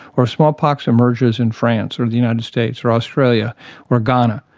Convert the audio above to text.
or smallpox emerges in france or the united states or australia or ghana,